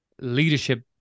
leadership